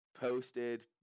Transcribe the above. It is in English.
posted